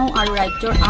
and director